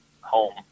home